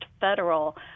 federal